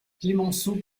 clemenceau